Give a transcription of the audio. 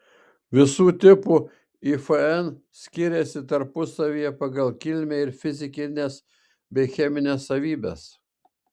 visų tipų ifn skiriasi tarpusavyje pagal kilmę ir fizikines bei chemines savybes